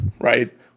right